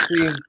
see